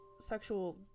sexual